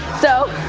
so,